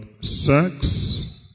sex